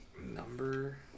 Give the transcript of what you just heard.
Number